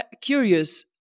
curious